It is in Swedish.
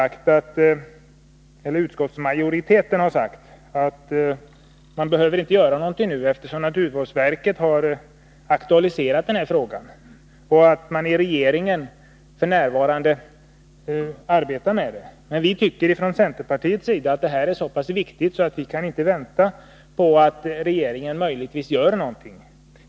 Utskottsmajoriteten säger att det inte behöver göras någonting nu, eftersom naturvårdsverket har aktualiserat denna fråga och regeringen f. n. arbetar med den. Men vi tycker från centerpartiets sida att detta är så pass viktigt att vi inte kan vänta på att regeringen möjligtvis skall göra någonting.